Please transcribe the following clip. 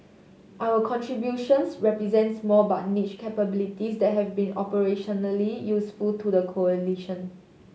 our contributions represent small but niche capabilities that have been operationally useful to the coalition